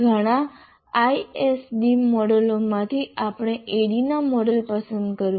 ઘણા ISD મોડેલોમાંથી આપણે ADDIE મોડેલ પસંદ કર્યું